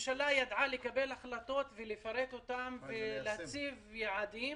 הממשלה ידעה לקבל החלטות ולהציב יעדים.